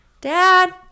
Dad